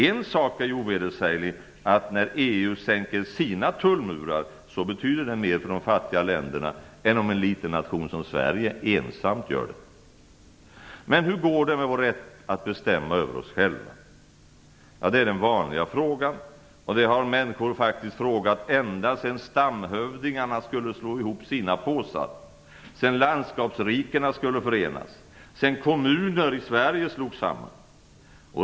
En sak är ju ovedersäglig, att när EU sänker sina tullmurar så betyder det mer för de fattiga länderna än om en liten nation som Sverige ensamt gör det. Men hur går det med vår rätt att bestämma över oss själva? Det är den vanliga frågan, och det har människor frågat ända sedan stamhövdingarna skulle slå ihop sina påsar, sedan landskapsrikena skulle förenas, sedan kommuner i Sverige slogs samman.